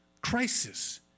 Crisis